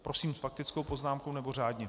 Prosím, s faktickou poznámkou, nebo řádně?